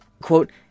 Quote